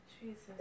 Jesus